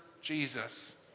Jesus